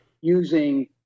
using